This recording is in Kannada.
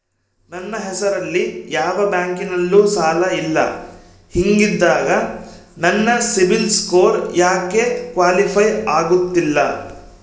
ನನ್ನ ಹೆಸರಲ್ಲಿ ಯಾವ ಬ್ಯಾಂಕಿನಲ್ಲೂ ಸಾಲ ಇಲ್ಲ ಹಿಂಗಿದ್ದಾಗ ನನ್ನ ಸಿಬಿಲ್ ಸ್ಕೋರ್ ಯಾಕೆ ಕ್ವಾಲಿಫೈ ಆಗುತ್ತಿಲ್ಲ?